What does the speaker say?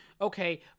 okay